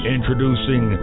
Introducing